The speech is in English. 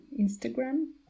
Instagram